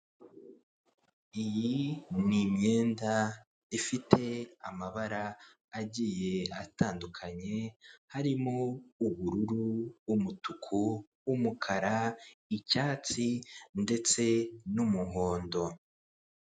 Iyi ni imyenda ifite amabara agiye atandukanye harimo ubururu, umutuku, umukara, icyatsi ndetse n'umuhondo.